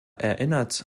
erinnert